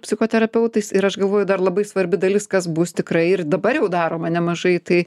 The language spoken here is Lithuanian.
psichoterapeutais ir aš galvoju dar labai svarbi dalis kas bus tikrai ir dabar jau daroma nemažai tai